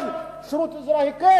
אבל כן שירות אזרחי?